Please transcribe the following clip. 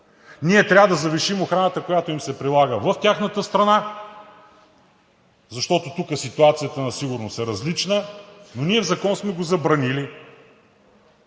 Ние трябва да завишим охраната, която им се прилага в тяхната страна, защото тук ситуацията на сигурност е различна, но ние в закон сме го забранили.